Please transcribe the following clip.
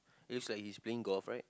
it's like his playing golf right